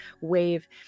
wave